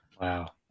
Wow